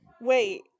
Wait